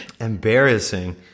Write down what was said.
Embarrassing